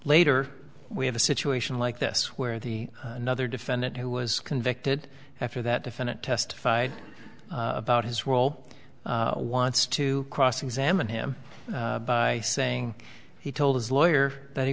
later we have a situation like this where the another defendant who was convicted after that defendant testified about his role wants to cross examine him by saying he told his lawyer that he